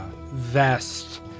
vest